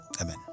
Amen